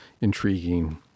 intriguing